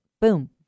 boom